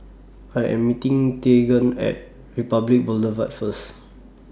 I Am meeting Teagan At Republic Boulevard First